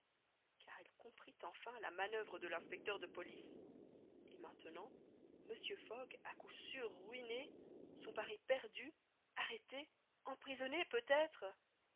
car il comprit enfin la manoeuvre de l'inspecteur de police et maintenant mr fogg à coup sûr ruiné son pari perdu arrêté emprisonné peut-être